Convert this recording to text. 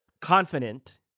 confident